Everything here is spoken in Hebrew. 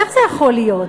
איך זה יכול להיות?